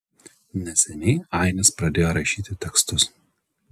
neseniai ainis pradėjo rašyti tekstus